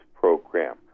program